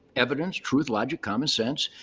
evidence, truth, logic, common sense.